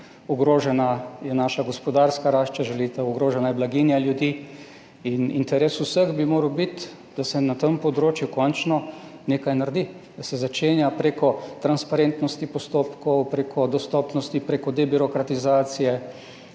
Ogrožena je naša gospodarska rast, če želite, ogrožena je blaginja ljudi. In interes vseh bi moral biti, da se na tem področju končno nekaj naredi, da se začenja preko transparentnosti postopkov, preko dostopnosti, preko debirokratizacije,